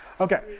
Okay